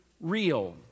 real